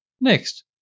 Next